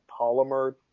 polymer